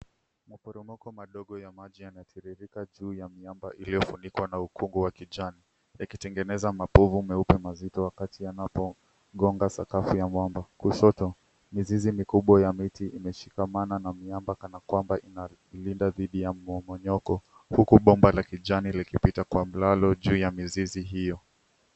Maporomoko madogo ya maji yanatiririka juu ya miamba iliyofunikwa na ukungu wa kijani, yakitengeneza mapovu meupe mazito wakati yanapogonga sakafu ya mwamba. Kushoto mizizi mikubwa ya miti imeshikamana na miamba kana kwamba inalinda dhidi ya mmomonyoko huku bomba la kijani likipita kwa mlalo juu ya mizizi hiyo.